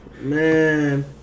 Man